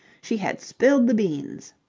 she had spilled the beans.